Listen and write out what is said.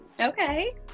Okay